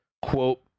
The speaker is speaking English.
Quote